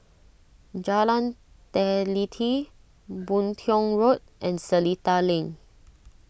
Jalan Teliti Boon Tiong Road and Seletar Link